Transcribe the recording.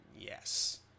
yes